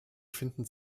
finden